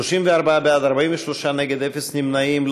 28: 34 בעד, 43 נגד, אפס נמנעים.